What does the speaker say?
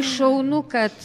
šaunu kad